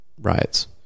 riots